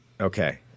Okay